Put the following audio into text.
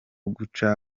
guca